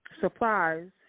supplies